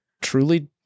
truly